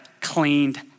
cleaned